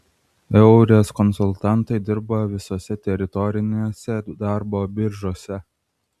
eures konsultantai dirba visose teritorinėse darbo biržose